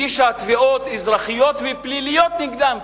הגישה תביעות אזרחיות ופליליות נגדם,